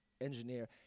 engineer